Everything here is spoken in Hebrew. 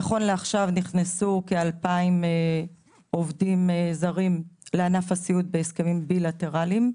נכון לעכשיו נכנסו כ-2,000 עובדים זרים לענף הסיעוד בהסכמים בילטרליים.